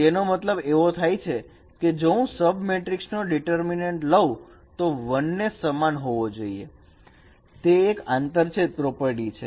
એનો મતલબ એવો થાય છે કે જો હું સબ મેટ્રિક્સનો ડીટર્મિનેટ લવ તો તે 1 ને સમાન હોવો જોઈએ તે એક આંતરછેદ પ્રોપર્ટી છે